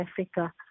Africa